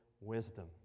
wisdom